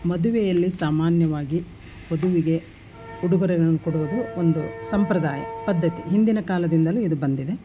ಮದುವೆಯಲ್ಲಿ ಸಾಮಾನ್ಯವಾಗಿ ವಧುವಿಗೆ ಉಡುಗೊರೆಗಳನ್ನು ಕೊಡುವುದು ಒಂದು ಸಂಪ್ರದಾಯ ಪದ್ಧತಿ ಹಿಂದಿನ ಕಾಲದಿಂದಲೂ ಇದು ಬಂದಿದೆ